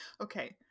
Okay